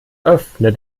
öffne